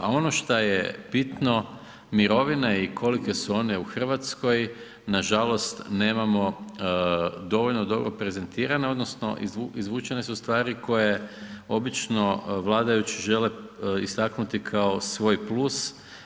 A ono šta je bitno mirovine i kolike su one u Hrvatskoj nažalost nemamo dovoljno dobro prezentirane odnosno izvučene su stvari koje obično vladajući žele istaknuti kao svoj plus.